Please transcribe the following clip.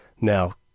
Now